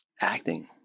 Acting